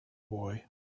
boy